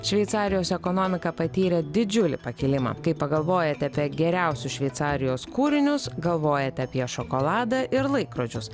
šveicarijos ekonomika patyrė didžiulį pakilimą kai pagalvojate apie geriausius šveicarijos kūrinius galvojat apie šokoladą ir laikrodžius